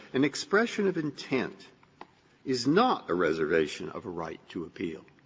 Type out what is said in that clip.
an expression of intent is not a reservation of a right to appeal.